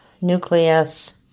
nucleus